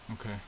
Okay